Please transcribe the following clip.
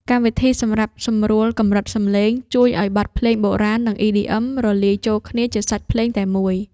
កម្មវិធីសម្រាប់សម្រួលកម្រិតសំឡេង ជួយឱ្យបទភ្លេងបុរាណ និង EDM រលាយចូលគ្នាជាសាច់ភ្លេងតែមួយ។